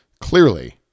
clearly